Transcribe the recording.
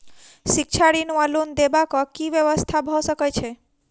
शिक्षा ऋण वा लोन देबाक की व्यवस्था भऽ सकै छै?